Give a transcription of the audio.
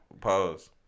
Pause